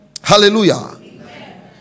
Hallelujah